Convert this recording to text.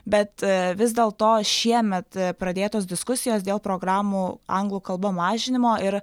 bet vis dėlto šiemet pradėtos diskusijos dėl programų anglų kalba mažinimo ir